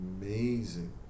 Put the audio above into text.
amazing